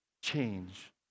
change